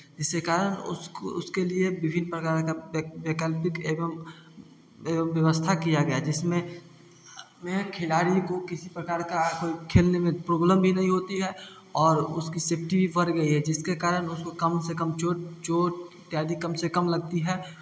जिसके कारण उस उसके लिए विभिन्न प्रकार का वैकल्पिक एवं एवं व्यवस्था किया गया जिसमें खिलाड़ी को किसी प्रकार का कोई खेलने में प्रॉब्लम नहीं होती है और उसकी सेफ्टी भी बढ़ गई है जिसके कारण उसको कम से कम चोट चोट यानी कम से कम लगती है